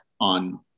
on